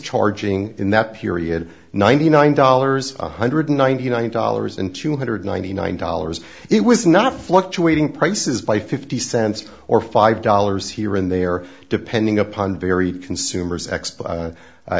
charging in that period ninety nine dollars one hundred and ninety nine dollars and two hundred and ninety nine dollars it was not fluctuating prices by zero dollars fifty cents or five dollars here and they are depending upon very consumers